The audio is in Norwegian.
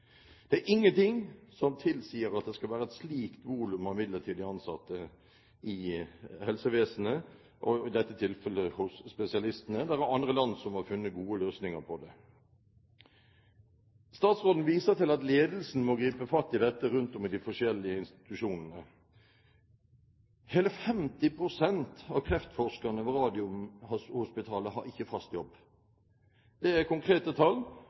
Det er ingenting som tilsier at det skal være et slikt volum av midlertidig ansatte i helsevesenet, og i dette tilfellet hos spesialistene. Det er andre land som har funnet gode løsninger på det. Statsråden viser til at ledelsen må gripe fatt i dette rundt om i de forskjellige institusjonene. Hele 50 pst. av kreftforskerne ved Radiumhospitalet har ikke fast jobb. Det er konkrete tall,